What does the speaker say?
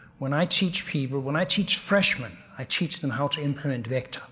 when i teach people, when i teach freshman, i teach them how to implement vector